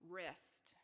rest